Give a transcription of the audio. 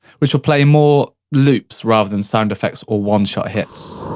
which will play more loops, rather than sound effects, or one-shot hits.